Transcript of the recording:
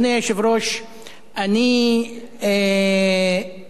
אני לא מתלהב